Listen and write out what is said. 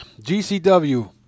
GCW